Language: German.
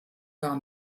gar